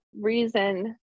reason